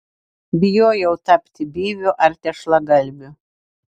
bijojau tapti byviu ar tešlagalviu